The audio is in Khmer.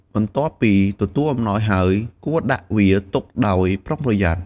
បន្ទាប់ពីទទួលអំណោយហើយ គួរដាក់វាទុកដោយប្រុងប្រយ័ត្ន។